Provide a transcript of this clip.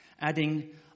adding